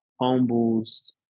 humbles